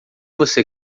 você